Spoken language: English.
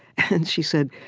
and she said,